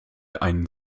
einen